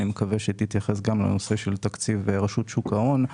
ואני מקווה שהיא תתייחס גם לנושא של תקציב רשות שוק ההון.